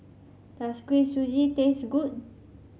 does Kuih Suji taste good